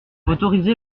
autoriser